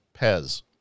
Pez